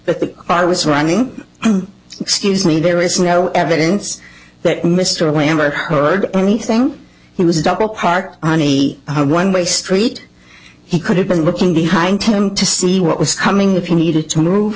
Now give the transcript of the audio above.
that the car was running excuse me there is no evidence that mr lambert heard anything he was double parked on a one way street he could have been looking behind him to see what was coming if you needed to move